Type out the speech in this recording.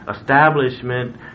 establishment